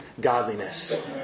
godliness